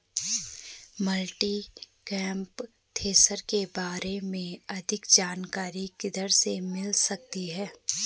Multicrop thresher के बारे में अधिक जानकारी किधर से मिल सकती है?